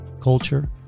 culture